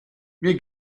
mir